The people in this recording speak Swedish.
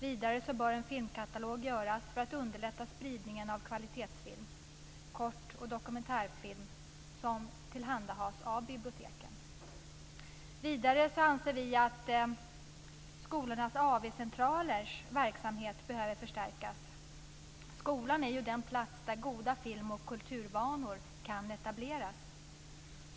Vidare bör en filmkatalog göras för att underlätta spridningen av kvalitetsfilm, kortfilm och dokumentärfilm som tillhandahålls av biblioteken. Vidare anser vi att skolornas AV-centralers verksamhet behöver förstärkas. Skolan är den plats där goda film och kulturvanor kan etableras.